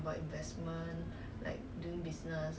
then he just look at you all